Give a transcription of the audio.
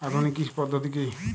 আধুনিক কৃষি পদ্ধতি কী?